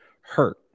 hurt